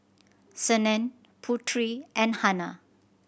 Senin Putri and Hana